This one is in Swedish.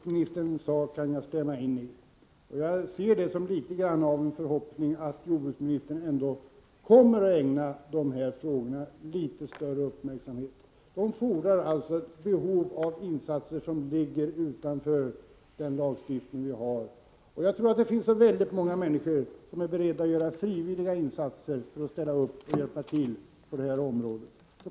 Herr talman! Jag kan instämma i det som jordbruksministern senast sade. Det inger en viss förhoppning om att jordbruksministern ändå kommer att ägna dessa frågor litet större uppmärksamhet än hittills. Det fordras insatser utanför den lagstiftning vi har. Jag tror att väldigt många människor är beredda att göra frivilliga insatser för att hjälpa till på detta område.